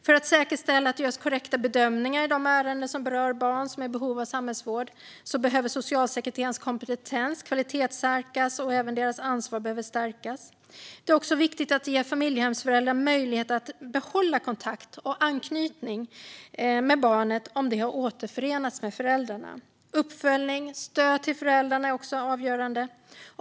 För att säkerställa att det görs korrekta bedömningar i de ärenden som berör barn som är i behov av samhällsvård behöver socialsekreterarnas kompetens kvalitetssäkras och deras ansvar stärkas. Det är även viktigt att ge familjehemsföräldrar möjlighet att behålla kontakt med och anknytning till barnet om det har återförenats med föräldrarna. Uppföljning och stöd till föräldrarna är också avgörande.